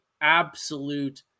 absolute